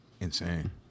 Insane